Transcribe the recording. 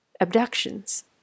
abductions